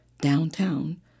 downtown